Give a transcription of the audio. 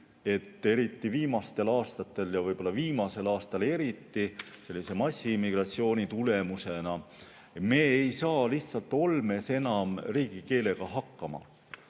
eriti viimastel aastatel ja võib-olla viimasel aastal eriti selle massimigratsiooni tulemusena, et me ei saa lihtsalt olmes enam riigikeelega hakkama.